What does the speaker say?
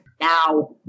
Now